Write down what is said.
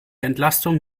entlastung